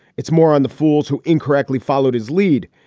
it's more on the fools who incorrectly followed his lead.